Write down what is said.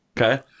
Okay